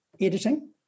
editing